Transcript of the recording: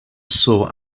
saw